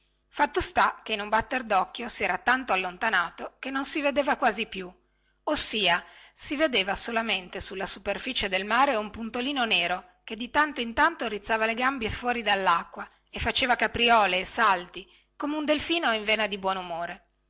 fatto sta che in un batter docchio si era tanto allontanato che non si vedeva quasi più ossia si vedeva solamente sulla superficie del mare un puntolino nero che di tanto in tanto rizzava le gambe fuori dellacqua e faceva capriole e salti come un delfino in vena di buonumore